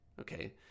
okay